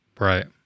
Right